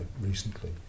recently